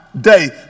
day